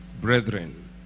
brethren